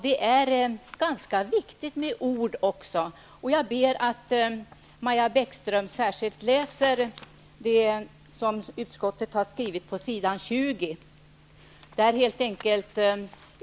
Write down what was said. Det är ganska viktigt med ord också, och jag ber Maja Bäckström att särskilt läsa det som utskottet har skrivit på s. 20 i betänkandet.